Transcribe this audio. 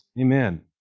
Amen